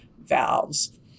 valves